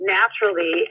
naturally